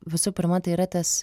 visų pirma tai yra tas